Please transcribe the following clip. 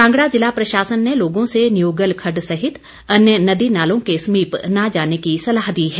कांगड़ा जिला प्रशासन ने लोगों से न्यूगल खड़ड सहित अन्य नदी नालों के समीप न जाने की सलाह दी है